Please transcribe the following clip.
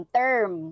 term